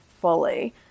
fully